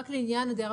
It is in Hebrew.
רק לעניין הזה,